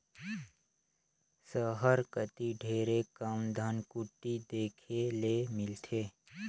सहर कती ढेरे कम धनकुट्टी देखे ले मिलथे